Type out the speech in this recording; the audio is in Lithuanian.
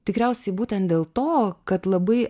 tikriausiai būtent dėl to kad labai